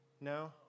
No